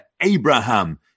Abraham